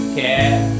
care